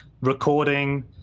recording